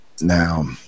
Now